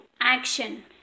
Action